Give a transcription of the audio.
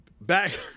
back